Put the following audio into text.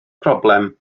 problem